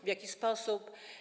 W jaki sposób?